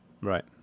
Right